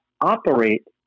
operate